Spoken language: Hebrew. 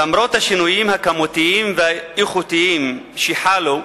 למרות השינויים הכמותיים והאיכותיים שחלו,